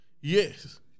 Yes